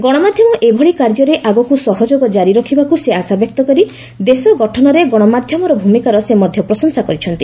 ଗଣମାଧ୍ୟମ ଏଭଳି କାର୍ଯ୍ୟରେ ଆଗକ୍ତ ସହଯୋଗ ଜାରି ରଖିବାକୁ ସେ ଆଶାବ୍ୟକ୍ତ କରି ଦେଶ ଗଠନରେ ଗଣମାଧ୍ୟମର ଭୂମିକାର ସେ ମଧ୍ୟ ପ୍ରଶଂସା କରିଛନ୍ତି